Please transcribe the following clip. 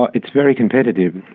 ah it's very competitive.